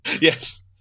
Yes